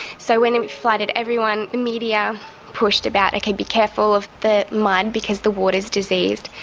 so when it flooded, everyone, the media pushed about be careful of the mud, because the water's diseased,